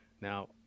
Now